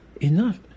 Enough